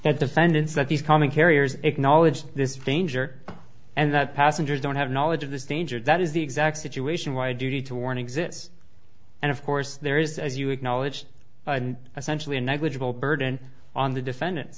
that defendants that these common carriers acknowledged this danger and that passengers don't have knowledge of this danger that is the exact situation why duty to warn exists and of course there is as you acknowledged essentially a negligible burden on the defendant